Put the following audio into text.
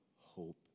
hope